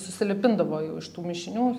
susilipindavo jau iš tų mišinių